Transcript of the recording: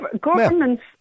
Governments